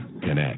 connect